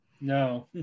No